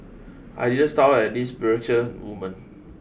I didn't start out as this brochure woman